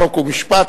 חוק ומשפט,